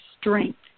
strength